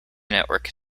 network